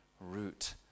root